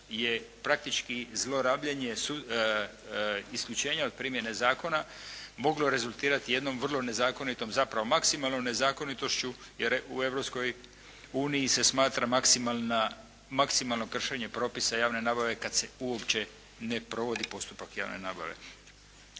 je praktički zlorabljenje isključenja od primjene zakona moglo rezultirati jednom vrlo nezakonitom zapravo maksimalnom nezakonitošću jer u Europskoj uniji se smatra maksimalno kršenje propisa javne nabave kada se uopće ne provodi postupak javne nabave.